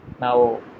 Now